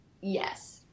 yes